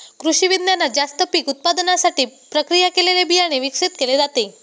कृषिविज्ञानात जास्त पीक उत्पादनासाठी प्रक्रिया केलेले बियाणे विकसित केले जाते